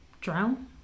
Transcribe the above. drown